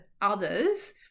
others